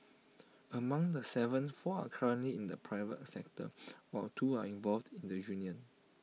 among the Seven four are currently in the private sector while two are involved in the union